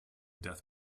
death